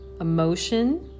Emotion